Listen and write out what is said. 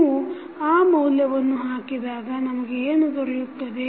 ನೀವು ಆ ಮೌಲ್ಯವನ್ನು ಹಾಕಿದಾಗ ನಮಗೆ ಏನು ದೊರೆಯುತ್ತದೆ